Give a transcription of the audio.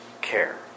care